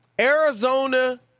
Arizona